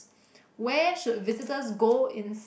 where should visitors go in